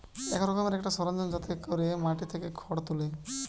এক রকমের একটা সরঞ্জাম যাতে কোরে মাটি থিকে খড় তুলে